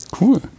Cool